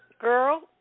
girl